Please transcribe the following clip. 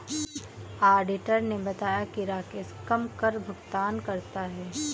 auditor ने बताया कि राकेश कम कर भुगतान करता है